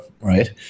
right